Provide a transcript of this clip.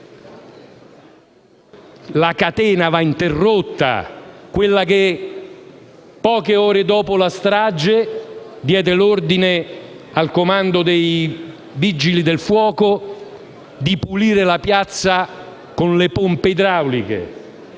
La catena va interrotta, quella che, poche ore dopo la strage, diede l'ordine al comando dei Vigili del fuoco di pulire la piazza con le pompe idrauliche,